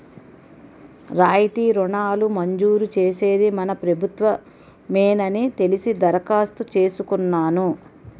రాయితీ రుణాలు మంజూరు చేసేది మన ప్రభుత్వ మేనని తెలిసి దరఖాస్తు చేసుకున్నాను